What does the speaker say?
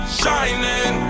shining